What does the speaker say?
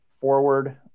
forward